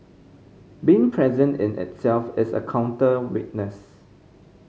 being present in itself is a counter witness